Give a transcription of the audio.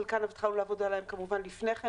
חלקן התחלנו לעבוד עליהן כמובן לפני כן,